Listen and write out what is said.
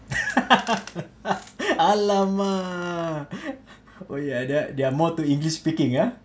!alamak! oh ya they're they're more to english speaking ah